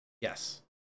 Yes